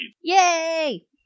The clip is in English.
Yay